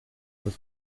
with